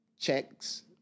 checks